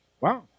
Wow